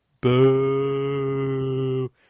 Boo